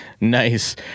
Nice